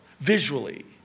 visually